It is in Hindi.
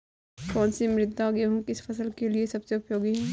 कौन सी मृदा गेहूँ की फसल के लिए सबसे उपयोगी है?